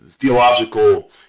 theological